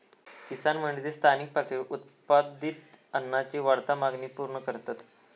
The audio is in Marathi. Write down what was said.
किसान मंडी ते स्थानिक पातळीवर उत्पादित अन्नाची वाढती मागणी पूर्ण करतत